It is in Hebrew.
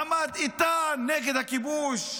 עמד איתן נגד הכיבוש,